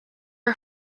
are